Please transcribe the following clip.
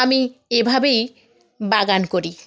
আমি এভাবেই বাগান করি